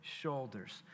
shoulders